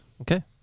Okay